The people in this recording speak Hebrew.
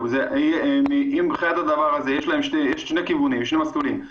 יש שני מסלולים,